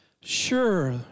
Sure